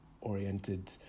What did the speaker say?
oriented